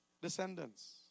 Descendants